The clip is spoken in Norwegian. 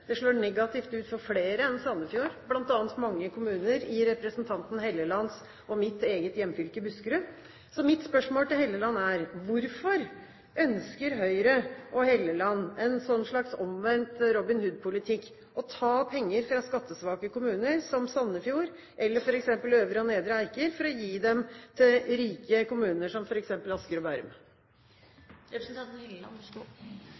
i representanten Hellelands og mitt eget hjemfylke, Buskerud. Mitt spørsmål til Helleland er: Hvorfor ønsker Høyre og Helleland en slags omvendt Robin Hood-politikk – ta penger fra skattesvake kommuner som f.eks. Sandefjord eller Øvre og Nedre Eiker for å gi dem til rike kommuner som f.eks. Asker og